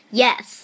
yes